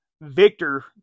Victor